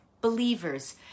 believers